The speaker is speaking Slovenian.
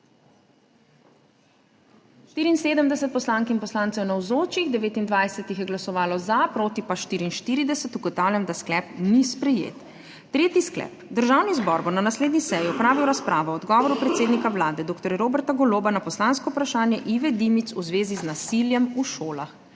je glasovalo za, proti pa 44. (Za je glasovalo 29.) (Proti 44.) Ugotavljam, da sklep ni sprejet. Tretji sklep: Državni zbor bo na naslednji seji opravil razpravo o odgovoru predsednika Vlade dr. Roberta Goloba na poslansko vprašanje Ive Dimic v zvezi z nasiljem v šolah.